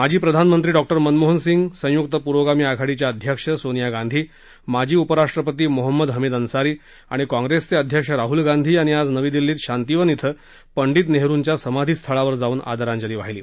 माजी प्रधानमंत्री डॉक्टर मनमोहन सिंग संयुक्त पुरोगामी आघाडीच्या अध्यक्ष सोनिया गांधी माजी उपराष्ट्रपती मोहम्मद हमीद अन्सारी आणि काँग्रेस अध्यक्ष राहुल गांधी यांनी आज दिल्लीत शांतिवन इथं पंडित नेहरुंच्या समाधी स्थळावर जाऊन आदरांजली वाहिली